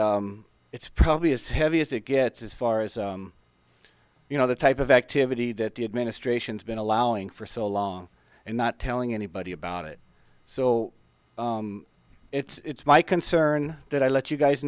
it's probably as heavy as it gets as far as you know the type of activity that the administration's been allowing for so long and not telling anybody about it so it's my concern that i let you guys